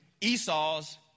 Esau's